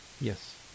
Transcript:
Yes